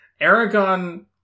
Aragon